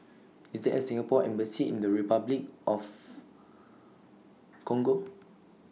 IS There A Singapore Embassy in Repuclic of Congo